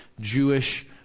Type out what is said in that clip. Jewish